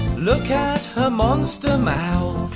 look at her monster mouth.